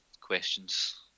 questions